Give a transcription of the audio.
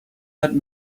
that